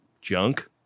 junk